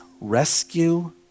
rescue